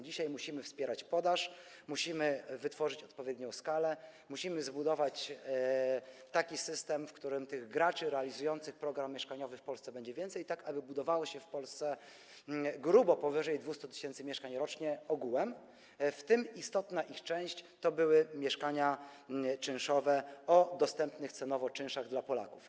Dzisiaj musimy wspierać podaż, musimy wytworzyć to na odpowiednią skalę, musimy zbudować taki system, w którym graczy realizujących program mieszkaniowy w Polsce będzie więcej, tak aby budowało się w Polsce grubo powyżej 200 tys. mieszkań rocznie ogółem, w tym by istotna ich część to były mieszkania czynszowe o dostępnych cenowo czynszach dla Polaków.